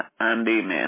amen